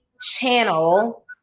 channel